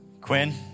Quinn